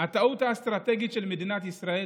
הטעות האסטרטגית של מדינת ישראל